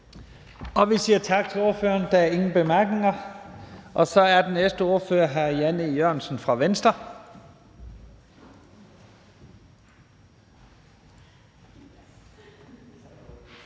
Vi siger tak til ordføreren. Der er ingen korte bemærkninger. Så er den næste ordfører hr. Jan E. Jørgensen fra Venstre.